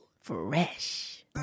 Fresh